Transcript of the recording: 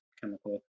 chemical